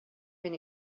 been